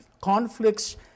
conflicts